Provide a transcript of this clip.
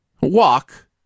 walk